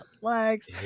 legs